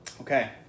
Okay